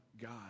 God